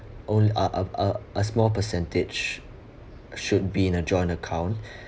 hold uh af~ uh a small percentage should be in a joint account